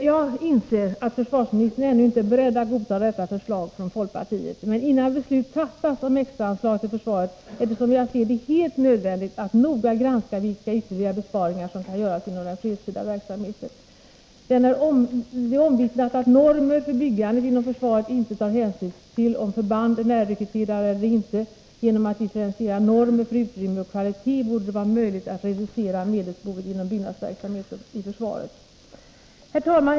Jag inser att försvarsministern ännu inte är beredd att godta detta förslag från folkpartiet. Men innan beslut fattas om extraanslag till försvaret är det, som jag ser det, helt nödvändigt att noga granska vilka ytterligare besparingar som kan göras inom den fredstida verksamheten. Det är omvittnat att normer för byggande inom försvaret inte tar hänsyn till om förband är närrekryterade eller inte. Genom att differentiera normer för utrymmen och kvalitet borde det vara möjligt att reducera medelsbehovet inom byggnadsverksamheten i försvaret. Herr talman!